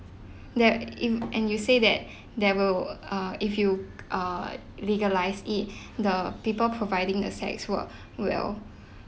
that in and you said that there will uh if you err legalise it the people providing the sex work will